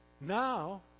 Now